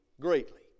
greatly